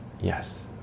yes